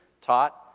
taught